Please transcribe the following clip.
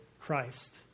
Christ